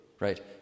Right